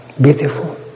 beautiful